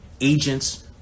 agents